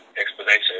explanation